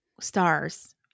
stars